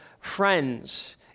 friends